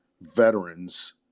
veterans